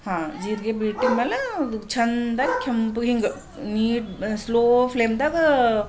ಹಾಂ ಜೀರಿಗೆ ಬಿಟ್ಟಿದ್ಮೇಲೆ ಅದು ಚೆಂದ ಕೆಂಪಗೆ ಹಿಂಗೆ ನೀ ಸ್ಲೋ ಫ್ಲೇಮ್ದಾಗ